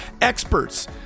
experts